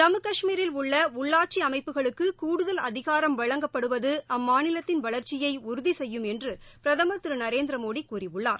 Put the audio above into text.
ஜம்மு கஷ்மீரில் உள்ள உள்ளாட்சி அமைப்புகளுக்கு கூடுதல் அதிகாரம் வழங்கப்படுவது அம்மாநிலத்தின் வளர்ச்சியை உறுதி செய்யும் என்று பிரதமர் திரு நரேந்திர மோடி கூறியுள்ளார்